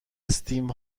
استیون